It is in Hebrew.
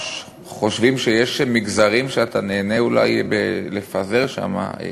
חושבים שיש מגזרים שאתה נהנה אולי לפזר שם כסף,